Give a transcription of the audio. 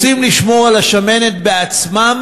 רוצים לשמור על השמנת בעצמם,